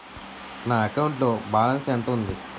నా అకౌంట్ లో బాలన్స్ ఎంత ఉంది?